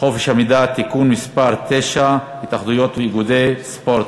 חופש המידע (תיקון מס' 9) (התאחדויות ואיגודי הספורט),